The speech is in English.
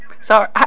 Sorry